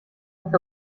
with